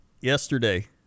Yesterday